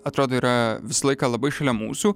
atrodo yra visą laiką labai šalia mūsų